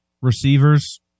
receivers